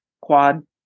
quad